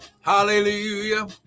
Hallelujah